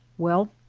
well,